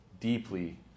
deeply